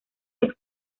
del